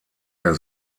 der